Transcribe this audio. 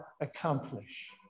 accomplish